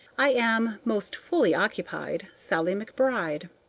i am, most fully occupied, sallie mcbride.